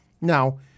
now